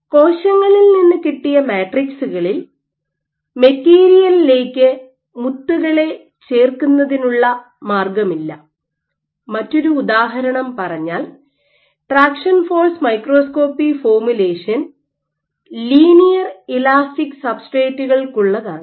കോശങ്ങളിൽ നിന്ന് കിട്ടിയ മാട്രിക്സുകളിൽ മെറ്റീരിയലിലേക്ക് മുത്തുകളെ ചേർക്കുന്നതിനുള്ള മാർഗ്ഗമില്ല മറ്റൊരു ഉദാഹരണം പറഞ്ഞാൽ traction force microscopy formulation linear elastic സബ്സ്റ്റേറ്റുകൾക്കുള്ളതാണ്